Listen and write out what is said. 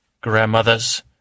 grandmothers